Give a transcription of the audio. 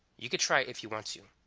you could try if you want you